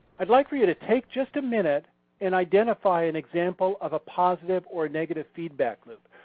i'd like for you to take just a minute and identify an example of a positive or negative feedback loop.